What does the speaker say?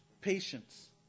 Patience